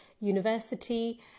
university